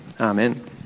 Amen